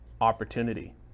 opportunity